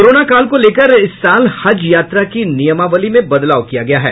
corona काल को लेकर इस साल हज यात्रा की नियमावली में बदलाव किया गया है